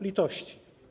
Litości.